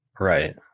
Right